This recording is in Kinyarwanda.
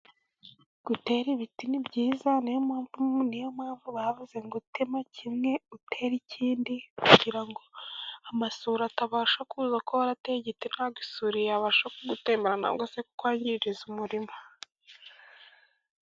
Gutera ibiti ni byiza, niyo mpamvu bavuze ngo jya utema kimwe utere ikindi, kugira ngo isuri itabasha kuza, kuko warateye igiti ntabwo isuri yabasha kuwutembana, ngo ize kukwangiriza umurima.